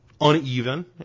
uneven